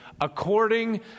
according